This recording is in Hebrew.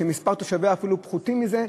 שמספר תושביהן אפילו פחות מזה,